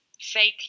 fake